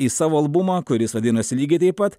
į savo albumą kuris vadinosi lygiai taip pat